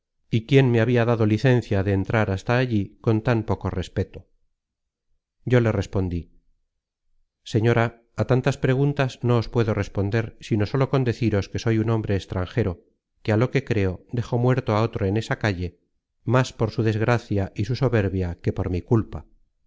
y quién me habia dado licencia de entrar hasta allí con tan poco respeto yo le respondí señora á tantas preguntas no os puedo responder sino sólo con deciros que soy un hombre extranjero que á lo que creo dejo muerto á otro en esa calle más por su desgracia y su soberbia que por mi culpa